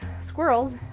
squirrels